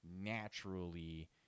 naturally